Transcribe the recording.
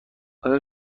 آیا